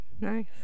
Nice